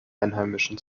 einheimischen